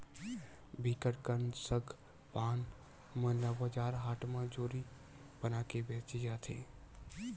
बिकट कन सग पान मन ल बजार हाट म जूरी बनाके बेंचे जाथे